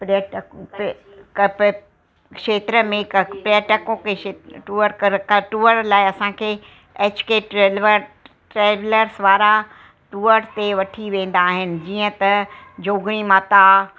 पयटक प खेत्र में क पर्यटकों के खेत्र में टूअर क टूअर लाइ असांखे एच के ट्रेव्लर ट्रेवलर्स वारा टूअर ते वठी वेंदा आहिनि जीअं त जोगणी माता